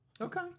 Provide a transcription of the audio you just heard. Okay